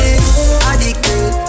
Addicted